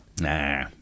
Nah